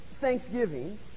Thanksgiving